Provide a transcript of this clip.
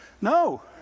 No